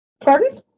pardon